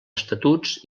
estatuts